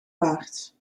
waard